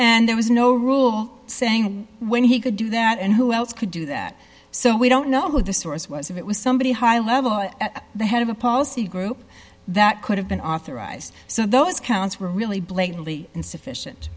there was no rule saying when he could do that and who else could do that so we don't know who the source was if it was somebody high level at the head of a policy group that could have been authorized so those counts were really blatantly insufficient